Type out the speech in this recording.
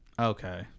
Okay